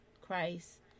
Christ